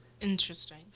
Interesting